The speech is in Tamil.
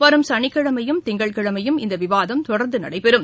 வரும் சனிக்கிழமையும் திங்கட்கிழமையும் இந்த விவாதம் தொடர்ந்து நடைபெறும்